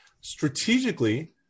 Strategically